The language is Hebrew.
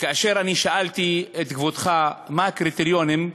כאשר אני שאלתי את כבודך מה הקריטריונים,